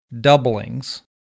doublings